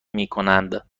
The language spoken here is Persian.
میکنند